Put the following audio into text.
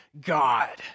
God